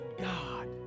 God